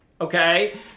okay